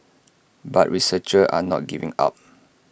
but researchers are not giving up